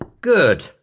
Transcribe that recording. Good